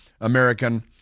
American